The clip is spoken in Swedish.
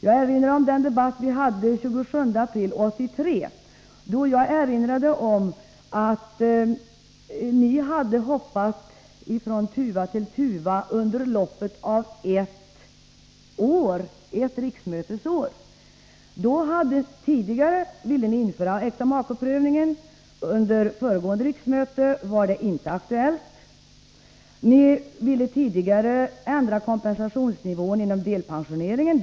Jag påminner om den debatt vi förde den 27 april 1983, då jag erinrade om att ni hade hoppat från tuva till tuva under loppet av ett riksmötesår. Tidigare ville ni införa äktamakeprövningen. Under föregående riksmöte var det inte aktuellt. Ni ville tidigare ändra kompensationsnivån inom delpensioneringen.